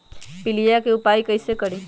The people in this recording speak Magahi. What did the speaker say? पीलिया के उपाय कई से करी?